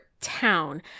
town